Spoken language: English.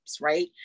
right